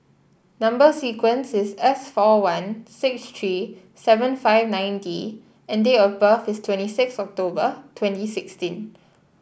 number sequence is S four one six three seven five nine D and date of birth is twenty six October twenty sixteen